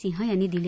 सिंह यांनी दिले